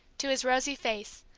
to his rosy face,